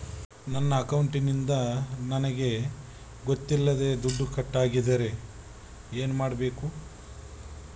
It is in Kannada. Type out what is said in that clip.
ನನ್ನ ಅಕೌಂಟಿಂದ ನನಗೆ ಗೊತ್ತಿಲ್ಲದೆ ದುಡ್ಡು ಕಟ್ಟಾಗಿದ್ದರೆ ಏನು ಮಾಡಬೇಕು?